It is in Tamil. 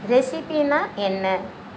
ரெசிபினால் என்ன